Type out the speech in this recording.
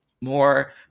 more